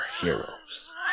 heroes